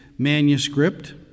Manuscript